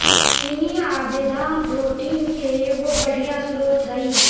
चिनिआबेदाम protein के एगो बढ़ियाँ स्रोत हई